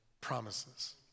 promises